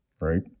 right